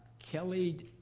kelly,